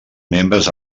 membres